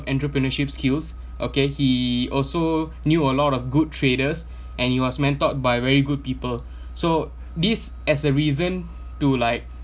entrepreneurship skills okay he also knew a lot of good traders and he was mentored by very good people so this as a reason to like